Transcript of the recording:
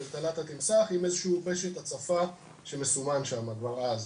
נחל התמסח עם איזה שהוא פשט הצפה שמסומן שם כבר אז.